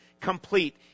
complete